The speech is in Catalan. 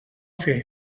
fer